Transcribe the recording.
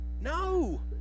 No